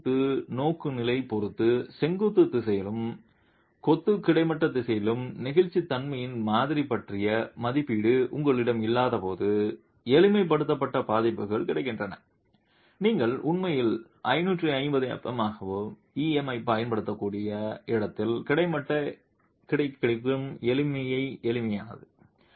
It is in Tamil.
வளைவு கூட்டு நோக்குநிலையைப் பொறுத்து செங்குத்து திசையிலும் கொத்து கிடைமட்ட திசையிலும் நெகிழ்ச்சித்தன்மையின் மாதிரிகள் பற்றிய மதிப்பீடு உங்களிடம் இல்லாதபோது எளிமைப்படுத்தப்பட்ட பதிப்புகள் கிடைக்கின்றன நீங்கள் உண்மையில் 550f'm ஆக E m ஐப் பயன்படுத்தக்கூடிய இடத்தில் கிடைக்கும் எளிய எளிமையானது